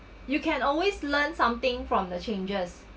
you can always learn something from the changes